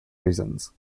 reasons